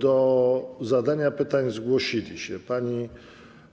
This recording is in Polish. Do zadania pytań zgłosili się